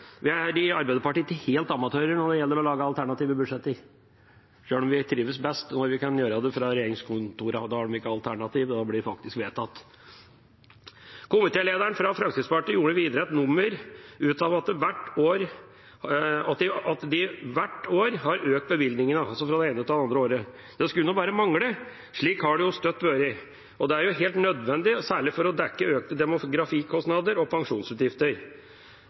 Vi er i Arbeiderpartiet ikke helt amatører når det gjelder å lage alternative budsjetter, sjøl om vi trives best når vi kan gjøre det fra regjeringskontorene – og da er de ikke alternative, da blir de faktisk vedtatt. Komitélederen, fra Fremskrittspartiet, gjorde videre et nummer av at de hvert år har økt bevilgningene – altså fra det ene året til det andre. Det skulle nå bare mangle. Slik har det støtt vært, og det er helt nødvendig, særlig for å dekke økte demografikostnader og